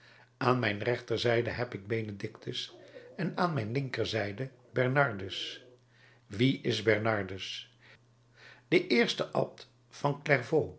aan mijn rechterzijde heb ik benedictus en aan mijn linkerzijde bernardus wie is bernardus de eerste abt van